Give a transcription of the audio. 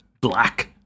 black